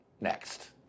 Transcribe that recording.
next